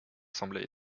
semblait